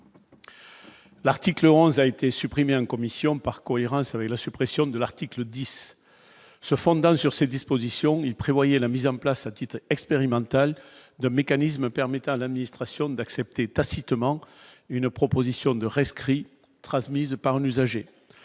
L'article 11 a été supprimé en commission par cohérence avec la suppression de l'article 10 se fondant sur cette dispositions il prévoyait la mise en place à titre expérimental de mécanismes permettant à l'administration d'accepter tacitement une proposition de rescrit 13 mise par un usager,